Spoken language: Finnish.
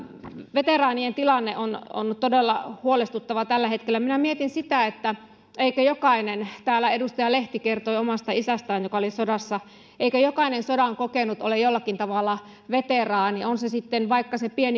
veteraanien tilanne on on todella huolestuttava tällä hetkellä minä mietin sitä eikö jokainen täällä edustaja lehti kertoi omasta isästään joka oli sodassa sodan kokenut ole jollakin tavalla veteraani on se sitten vaikka se pieni